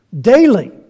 daily